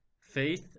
Faith